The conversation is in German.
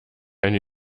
eine